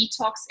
detox